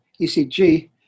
ECG